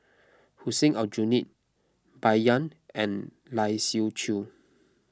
Hussein Aljunied Bai Yan and Lai Siu Chiu